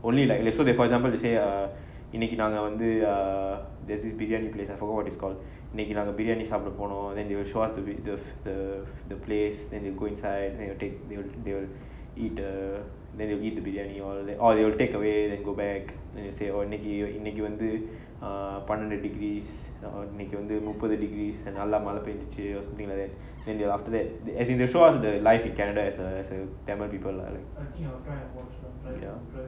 only like let's say for example they say uh இன்னைக்கு நாங்க வந்து:innaiku naanga vanthu there's this indian place I forgot what it's called இன்னைக்கு நாங்க பிரியாணி சாப்பிட போனோம்:innaiku naanga briyani sapda ponom then they will show us the the the place then they go inside then they will eat the briyani all oh they will take away then go back then say இன்னைக்கு இன்னைக்கு வந்து பன்னிரெண்டு:innaiku innaiku vanthu pannirendu degrees இன்னைக்கு வந்து முப்பது:innaiku vanthu muppathu degrees நல்ல மழை பெஞ்சுச்சு:nalla mazhai penjuchu or something like that then after that as in they will show us the life in canada as a as a tamil people lah